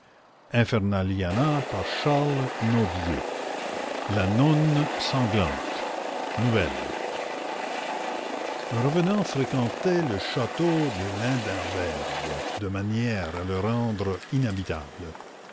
la nonne sanglante nouvelle un revenant fréquentait le château de lindemberg de manière à le rendre inhabitable